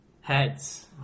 heads